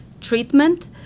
treatment